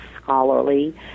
scholarly